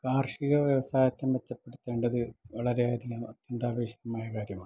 കാർഷിക വ്യവസായത്തെ മെച്ചപ്പെടുത്തേണ്ടത് വളരെയധികം അത്യന്താപേക്ഷിതമായ കാര്യമാണ്